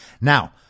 Now